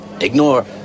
ignore